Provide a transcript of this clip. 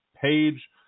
page